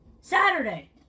saturday